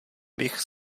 bych